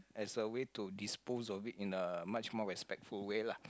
as a way to dispose of it in a much more respectful way lah